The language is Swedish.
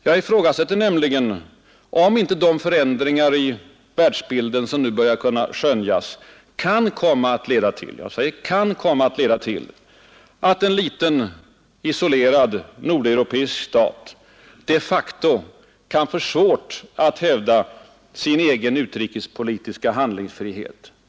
Jag ifrågasätter nämligen om inte de förändringar i världsbilden som nu börjar kunna skönjas kan komma att leda till — jag säger kan komma att leda till — att en liten isolerad nordeuropeisk stat de facto kan få svårt att hävda sin egen utrikespolitiska handlingsfrihet.